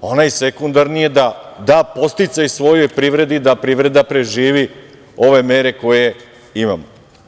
onaj sekundarni je da da podsticaj svojoj privredi da privreda preživi ove mere koje imamo.